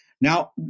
Now